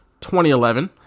2011